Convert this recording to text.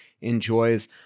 enjoys